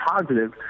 positive